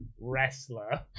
Wrestler